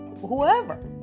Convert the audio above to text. whoever